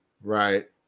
right